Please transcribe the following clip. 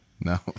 No